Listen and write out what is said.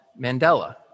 Mandela